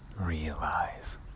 realize